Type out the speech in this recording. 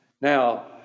Now